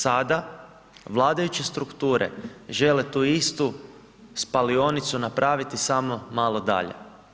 Sada vladajuće strukture žele tu istu spalionicu napraviti samo malo dalje.